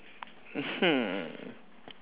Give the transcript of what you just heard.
mmhmm